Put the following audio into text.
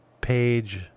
page